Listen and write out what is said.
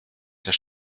der